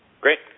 great